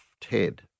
TED